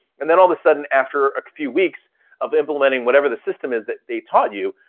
and then all of a sudden, after a few weeks of implementing whatever the system is that they taught you,